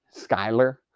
Skyler